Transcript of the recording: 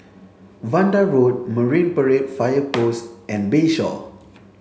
Vanda Road Marine Parade Fire Post and Bayshore